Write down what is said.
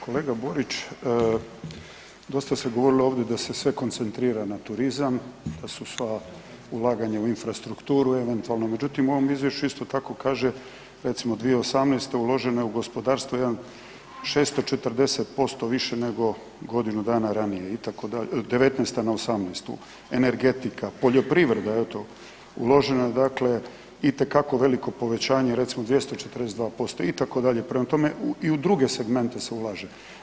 Kolega Borić, dosta ste govorili ovdje da se sve koncentrira na turizam, da su sva ulaganja u infrastrukturu eventualno, međutim u ovom izvješću isto tako kaže recimo 2018. uloženo je u gospodarstvo 640% više nego godinu dana ranije '19.-ta na '18.-tu, energetika, poljoprivreda eto, uloženo je dakle itekako veliko povećanje recimo 242% itd., prema tome i u druge segmente se ulaže.